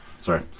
Sorry